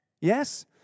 Yes